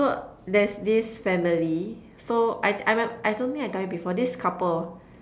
so there's this family so I I I don't think I tell you before this couple